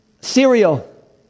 cereal